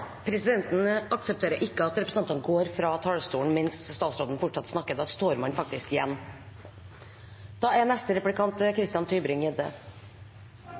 Presidenten aksepterer ikke at representantene går fra talerstolen mens statsråden fortsatt snakker. Da står man faktisk igjen.